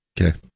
Okay